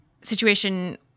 situation